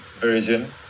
version